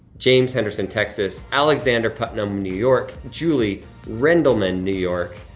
james henderson, texas, alexander putnam new york, julie rendellman, new york,